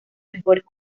mejores